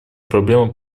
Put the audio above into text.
проблема